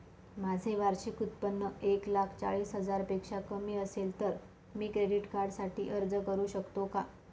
माझे वार्षिक उत्त्पन्न एक लाख चाळीस हजार पेक्षा कमी असेल तर मी क्रेडिट कार्डसाठी अर्ज करु शकतो का?